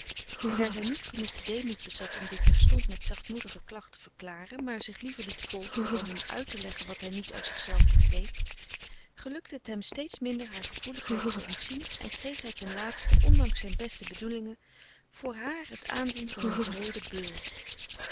en daar zij niet genoeg deemoed bezat om dit terstond met zachtmoedige klacht te verklaren maar zich liever liet folteren dan hem uit te leggen wat hij niet uit zichzelf begreep gelukte het hem steeds minder haar gevoeligheid te ontzien en kreeg hij ten laatste ondanks frederik van eeden van de koele meren des doods zijn beste bedoelingen voor haar het aanzien van een wreeden beul